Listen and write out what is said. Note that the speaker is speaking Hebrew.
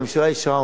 הממשלה אישרה אותו.